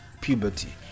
puberty